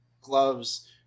gloves